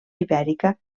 ibèrica